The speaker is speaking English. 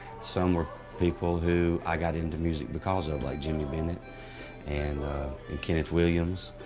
some were people who i got into music because of like jimmy bennett and kenneth williams.